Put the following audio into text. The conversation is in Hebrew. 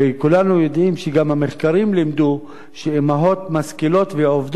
כולנו יודעים שגם המחקרים לימדו שאמהות משכילות ועובדות